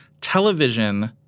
television